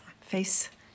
face